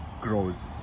grows